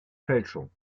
fälschung